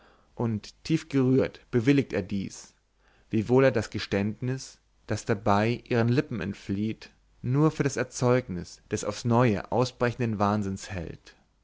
und tiefgerührt bewilligt er dies wiewohl er das geständnis das dabei ihren lippen entflieht nur für das erzeugnis des aufs neue ausbrechenden wahnsinns hält